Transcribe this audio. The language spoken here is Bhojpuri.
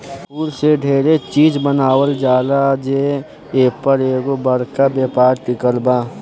फूल से डेरे चिज बनावल जाला जे से एपर एगो बरका व्यापार टिकल बा